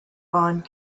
bond